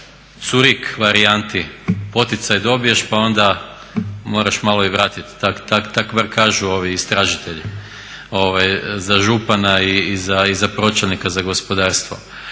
curik varijanti, poticaj dobiješ pa onda moraš malo i vratiti, tako bar kažu ovi istražitelji za župana i za pročelnika za gospodarstvo.